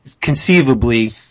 conceivably